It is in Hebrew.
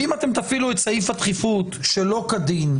ואם אתם תפעילו את סעיף הדחיפות שלא כדין,